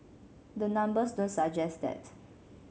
the numbers don't suggest that